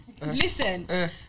Listen